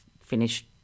finish